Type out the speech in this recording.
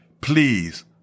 please